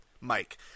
Mike